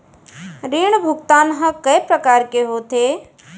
ऋण भुगतान ह कय प्रकार के होथे?